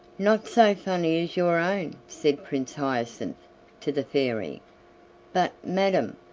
not so funny as your own, said prince hyacinth to the fairy but, madam,